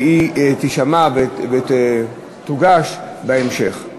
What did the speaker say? והיא תישמע ותוגש בהמשך.